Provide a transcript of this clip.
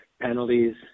penalties